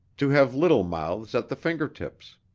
to have little mouths at the finger-tips!